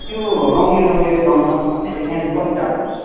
त्यो रङ्गली रङ्गलियट डङ्कन्स भन्ने चाहिँ त्यहाँदेखि कति टाडो पर्छ